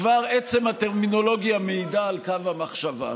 כבר עצם הטרמינולוגיה מעידה על קו המחשבה.